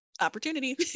opportunity